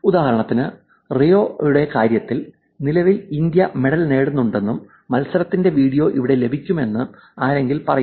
ഉദാഹരണത്തിന് റിയോയുടെ കാര്യത്തിൽ നിലവിൽ ഇന്ത്യ മെഡൽ നേടിയിട്ടുണ്ടെന്നും മത്സരത്തിന്റെ വീഡിയോ ഇവിടെ ലഭിക്കും എന്ന് ആരെങ്കിലും പറയുന്നു